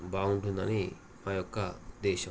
బాగుంటుందని నా యొక్క ఉద్దేశ్యం